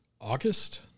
August